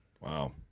Wow